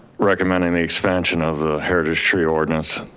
recommending the expansion of the heritage tree ordinance,